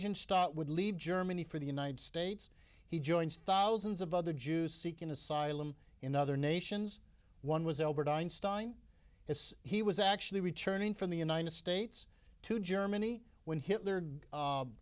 einstein would leave germany for the united states he joins thousands of other jews seeking asylum in other nations one was albert einstein as he was actually returning from the united states to germany when hitler